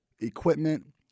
equipment